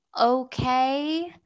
okay